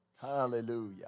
Hallelujah